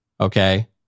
okay